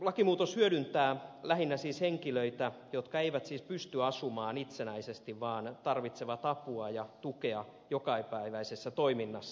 lakimuutos hyödyttää lähinnä siis henkilöitä jotka eivät pysty asumaan itsenäisesti vaan tarvitsevat apua ja tukea jokapäiväisessä toiminnassaan